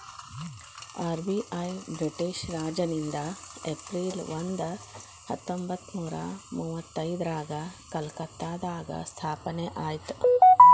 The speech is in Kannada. ಆರ್.ಬಿ.ಐ ಬ್ರಿಟಿಷ್ ರಾಜನಿಂದ ಏಪ್ರಿಲ್ ಒಂದ ಹತ್ತೊಂಬತ್ತನೂರ ಮುವತ್ತೈದ್ರಾಗ ಕಲ್ಕತ್ತಾದಾಗ ಸ್ಥಾಪನೆ ಆಯ್ತ್